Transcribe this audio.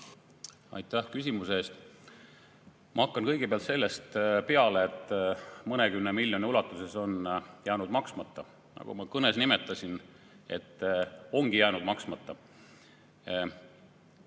Aitäh küsimuse eest! Ma hakkan sellest peale, et mõnekümne miljoni ulatuses on jäänud ettevõtjatele maksmata. Nagu ma kõnes nimetasin, see ongi jäänud maksmata.